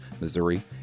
Missouri